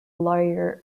lawyer